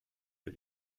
für